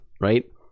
right